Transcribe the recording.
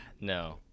No